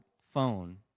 phone